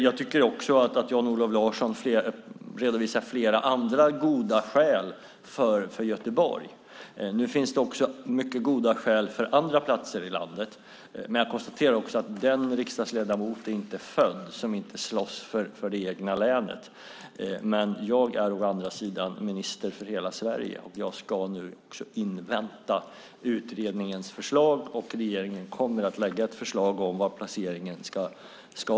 Jag tycker också att Jan-Olof Larsson redovisar flera andra goda skäl som talar för Göteborg. Nu finns det även mycket goda skäl som talar för andra platser i landet. Jag konstaterar att den riksdagsledamot inte är född som inte slåss för det egna länet, men jag är å andra sidan minister för hela Sverige, och jag ska nu invänta utredningens förslag. Regeringen kommer att lägga fram ett förslag om var placeringen ska vara.